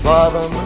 Father